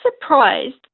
surprised